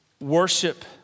worship